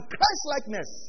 Christ-likeness